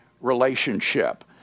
relationship